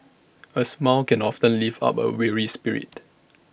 A smile can often lift up A weary spirit